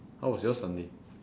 how was your sunday